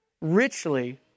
richly